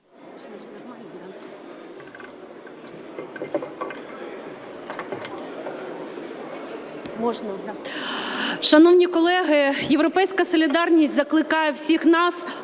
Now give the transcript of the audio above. Шановні колеги, "Європейська солідарність" закликає всіх нас